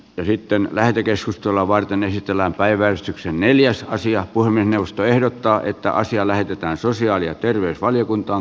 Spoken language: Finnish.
yritän lähetekeskustelua varten esitellään päiväys neljäs sija kun puhemiesneuvosto ehdottaa että asia lähetetään sosiaali ja terveysvaliokuntaan